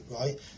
right